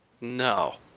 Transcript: no